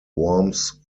warms